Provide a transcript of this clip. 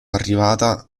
arrivata